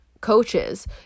coaches